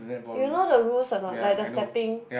you know the rules a not like the stepping